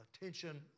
attention